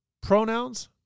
pronouns